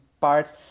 parts